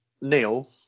neil